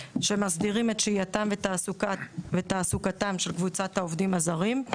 שמסדירים את שהייתם ותעסוקתם של קבוצת העובדים הזרים.